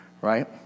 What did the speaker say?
right